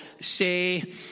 say